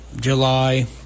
july